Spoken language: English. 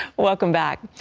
welcome back.